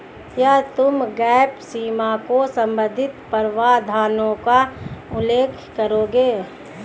क्या तुम गैप सीमा से संबंधित प्रावधानों का उल्लेख करोगे?